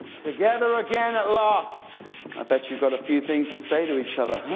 together again at last. i bet you gt a few things to say to each other,